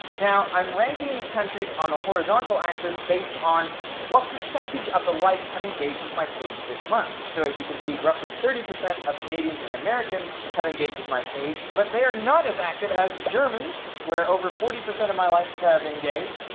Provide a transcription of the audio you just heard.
now i'm ranking these countries on the horizontal axis based on what percentage of those likes have engaged with my page this month. so as you can see roughly thirty percent canadians and americans have engaged with my page, but they're not as active as the germans where over forty percent of my likes have engaged,